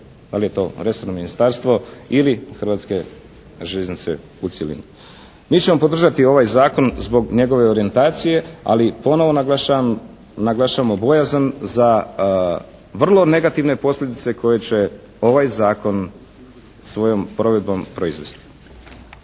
li je to resorno ministarstvo ili Hrvatske željeznice u cjelini. Mi ćemo podržati ovaj zakon zbog njegove orijentacije, ali ponovo naglašavamo bojazan za vrlo negativne posljedice koje će ovaj zakon svojom provedbom proizvesti.